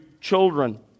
children